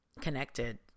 connected